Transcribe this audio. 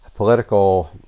political